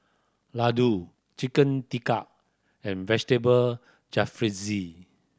Ladoo Chicken Tikka and Vegetable Jalfrezi